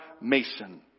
Mason